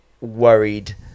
worried